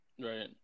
right